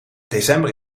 december